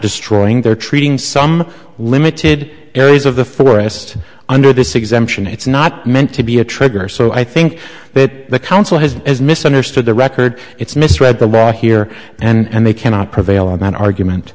destroying they're treating some limited areas of the forest under this exemption it's not meant to be a trigger so i think that the council has as misunderstood the record it's misread the right here and they cannot prevail on that